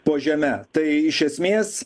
po žeme tai iš esmės